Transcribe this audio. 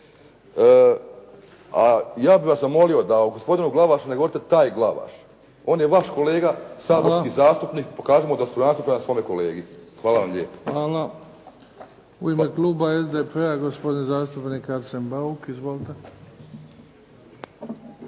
A ja bih vas zamolio da o gospodinu Glavašu ne govorite taj Glavaš. On je vaš kolega saborski zastupnik, pokažimo da smo …/Govornik se ne razumije./… prema svome kolegi. Hvala vam lijepo. **Bebić, Luka (HDZ)** Hvala. U ime kluba SDP-a gospodin zastupnik Arsen Bauk. Izvolite.